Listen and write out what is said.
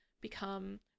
become